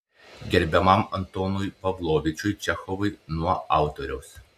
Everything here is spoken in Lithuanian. gerbiamam antonui pavlovičiui čechovui nuo autoriaus